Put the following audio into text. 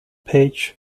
page